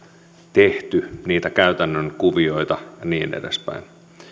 tehty niitä käytännön kuvioita ja niin edespäin